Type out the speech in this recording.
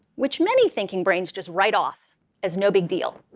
which many thinking brains just write off as no big deal.